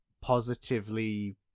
positively